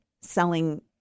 selling